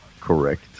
correct